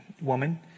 woman